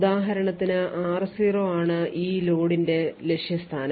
ഉദാഹരണത്തിന് r0 ആണ് ഈ loadന്റെ ലക്ഷ്യസ്ഥാനം